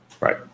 right